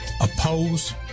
oppose